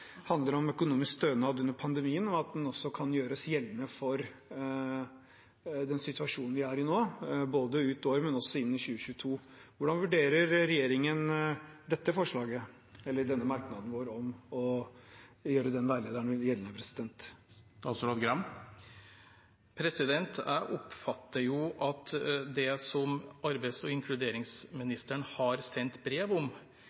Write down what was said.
handler om økonomisk stønad under pandemien, jf. også Høyres merknader, og at den også kan gjøres gjeldende for den situasjonen vi er i nå, både ut året og inn i 2022. Hvordan vurderer regjeringen merknaden vår om å gjøre veilederen gjeldende? Jeg oppfatter at det som arbeids- og inkluderingsministeren har sendt brev om,